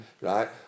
right